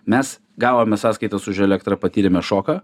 mes gavome sąskaitas už elektrą patyrėme šoką